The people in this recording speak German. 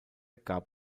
gab